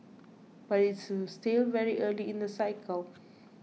but it's still very early in the cycle